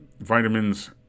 vitamins